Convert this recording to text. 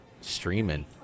Streaming